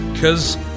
cause